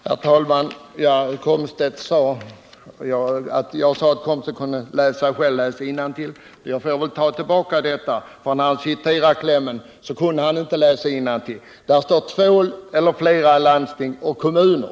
Herr talman! Jag sade att herr Komstedt själv kunde läsa innantill. Nu får jag tydligen ta tillbaka det, för när han citerade klämmen kunde han inte läsa innantill. Där står att det gäller två eller flera landsting och kommuner.